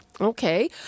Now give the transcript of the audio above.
Okay